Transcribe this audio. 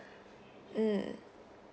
mm